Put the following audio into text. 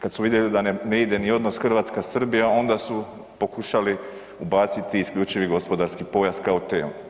Kad su vidjeli da ne ide ni odnos Hrvatska Srbija onda su pokušali ubaciti isključivi gospodarski pojas kao temu.